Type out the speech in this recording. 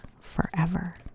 forever